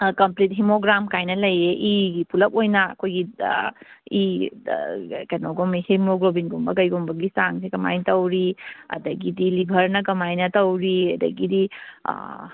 complete ꯍꯤꯃꯣꯒ꯭ꯔꯥꯝ ꯀꯥꯏꯅ ꯂꯩꯌꯦ ꯏꯒꯤ ꯄꯨꯂꯞ ꯑꯣꯏꯅ ꯑꯩꯈꯣꯏꯒꯤ ꯀꯩꯅꯣꯒꯨꯝꯕ ꯍꯤꯃꯣꯒ꯭ꯂꯣꯕꯤꯟꯒꯨꯝꯕ ꯀꯩꯒꯨꯝꯕꯒꯤ ꯆꯥꯡꯁꯦ ꯀꯃꯥꯏꯅ ꯇꯧꯔꯤ ꯑꯗꯒꯤꯗꯤ ꯂꯤꯚꯔꯅ ꯀꯃꯥꯏꯅ ꯇꯧꯔꯤ ꯑꯗꯒꯤꯗꯤ